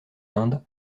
indes